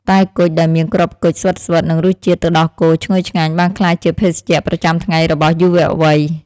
តែគុជដែលមានគ្រាប់គុជស្វិតៗនិងរសជាតិទឹកដោះគោឈ្ងុយឆ្ងាញ់បានក្លាយជាភេសជ្ជៈប្រចាំថ្ងៃរបស់យុវវ័យ។